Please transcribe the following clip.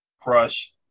crush